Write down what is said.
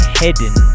hidden